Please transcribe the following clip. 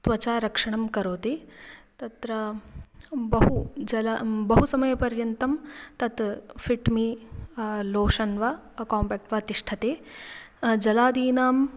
त्वचः रक्षणं करोति तत्र बहु जलं बहु समयपर्यन्तं तत् फ़िट्मि लोषन् वा काम्पेक्ट् वा तिष्ठति जलादीनां